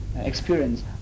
experience